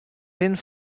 rin